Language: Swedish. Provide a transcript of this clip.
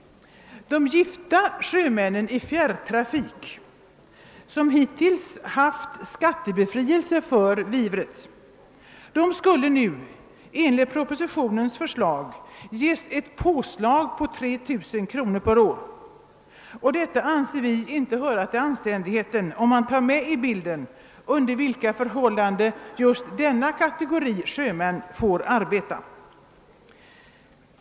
De gifta sjömännen i fjärrtrafik som hittills haft skattebefrielse för vivre skulle nu enligt propositionens förslag ges ett påslag på 3 000 kr. per år. Detta anser vi inte vara anständigt om man beaktar under vilka förhållanden just denna kategori sjömän får arbeta.